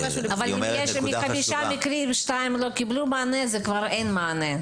אבל אם שני מקרים מתוך חמישה לא קיבלו מענה אז זה כבר אין מענה.